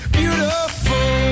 beautiful